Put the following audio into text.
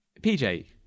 PJ